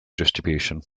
distribution